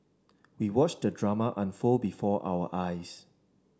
we watched the drama unfold before our eyes